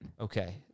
Okay